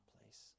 place